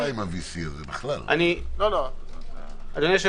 זה דבר